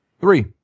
Three